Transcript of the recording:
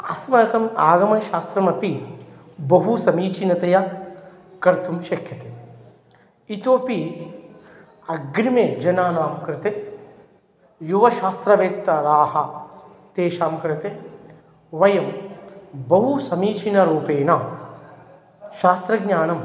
अस्माकं आगमशास्त्रमपि बहुसमीचीनतया कर्तुं शक्यते इतोपि अग्रिमे जनानां कृते युवशास्त्रवेत्ताराः तेषां कृते वयं बहुसमीचीन रूपेण शास्त्रज्ञानं